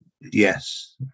Yes